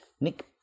Nick